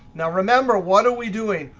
now remember what are we doing?